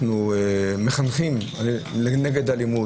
מקטנות אנחנו מחנכים נגד אלימות.